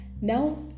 now